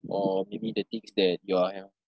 or maybe the things that your are have